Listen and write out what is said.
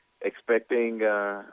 expecting